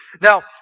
Now